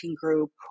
group